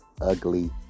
ugly